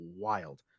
wild